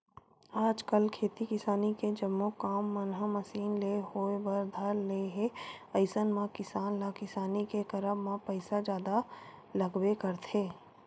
आजकल खेती किसानी के जम्मो काम मन ह मसीन ले होय बर धर ले हे अइसन म किसान ल किसानी के करब म पइसा जादा लगबे करथे